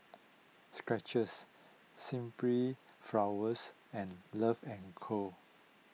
Skechers Simply Flowers and Love and Co